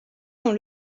dans